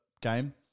game